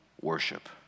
worship